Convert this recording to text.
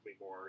more